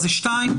אז ב-(2)?